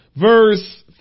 verse